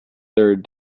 third